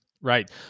right